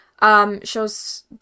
Shows